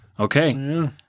Okay